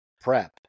prep